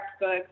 books